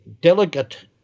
delegate